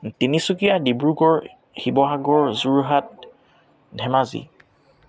Tinsukia Dibrugarh Sivasagar Jorhat Dhemaji